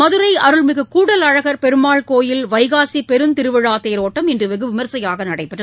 மதுரை அருள்மிகு கூடலழகர் பெருமாள் கோயில் வைகாசி பெருந்திருவிழா தேரோட்டம் இன்று வெகுவிமரிசையாக நடைபெற்றது